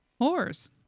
whores